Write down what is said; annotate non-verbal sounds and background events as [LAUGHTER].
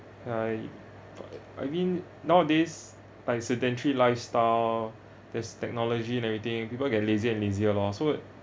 I [NOISE] I mean nowadays like sedentary lifestyle there's technology and everything people get lazier and lazier loh so